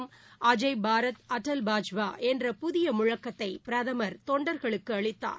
அஜய் பாரத் அடல் பாஜ்பா என்ற புதியமுழக்கத்தைபிரதமா் அதன் தெண்டர்களுக்குஅளித்தார்